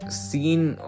scene